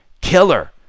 killer